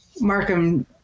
Markham